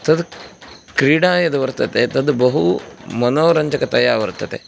तद् क्रीडा यद् वर्तते तद् बहु मनोरञ्जकतया वर्तते